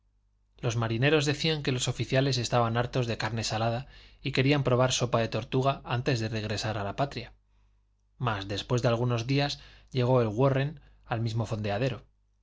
los marineros decían que los oficiales estaban hartos de carne salada y querían probar sopa de tortuga antes de regresar a la patria mas después de algunos días llegó el warren al mismo fondeadero